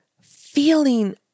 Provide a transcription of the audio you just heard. feeling